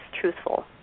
truthful